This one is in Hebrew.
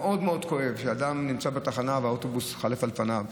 מאוד מאוד כואב שאדם נמצא בתחנה והאוטובוס חולף על פניו.